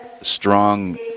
strong